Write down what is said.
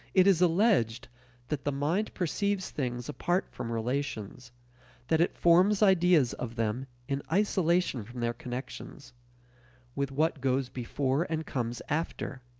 it is alleged that the mind perceives things apart from relations that it forms ideas of them in isolation from their connections with what goes before and comes after.